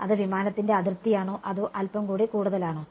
അത് വിമാനത്തിന്റെ അതിർത്തിയാണോ അതോ അൽപ്പം കൂടി കൂടുതലാണോ